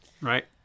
right